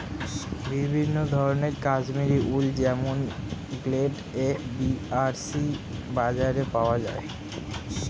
বিভিন্ন ধরনের কাশ্মীরি উল যেমন গ্রেড এ, বি আর সি বাজারে পাওয়া যায়